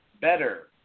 better